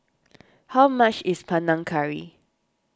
how much is Panang Curry